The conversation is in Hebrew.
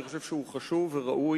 ואני חושב שהוא חשוב וראוי.